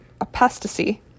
apostasy